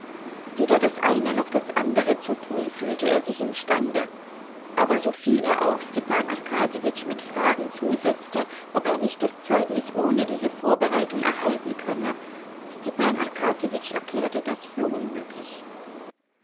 weder das eine noch das andere zu tun fühlte er sich imstande aber soviel er auch stepan arkadjewitsch mit fragen zusetzte ob er nicht das zeugnis ohne diese vorbereitung erhalten könne stepan arkadjewitsch erklärte das für unmöglich